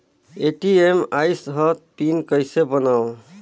ATM आइस ह PIN कइसे बनाओ?